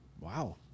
Wow